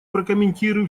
прокомментирую